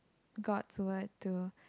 God to what to